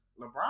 LeBron